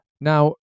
Now